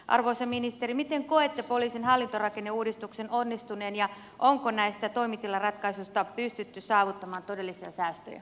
arvoisa ministeri miten koette poliisin hallintorakenneuudistuksen onnistuneen ja onko näistä toimitilaratkaisuista pystytty saavuttamaan todellisia säästöjä